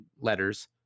letters